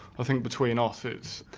i think between us it's